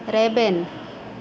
ᱨᱮᱵᱮᱱ